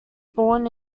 born